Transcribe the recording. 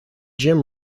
jim